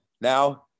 now